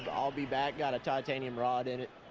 i'll be back. got a titanium rod in it.